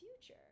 Future